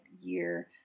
year